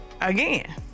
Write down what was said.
again